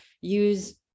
use